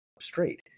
straight